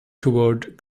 toward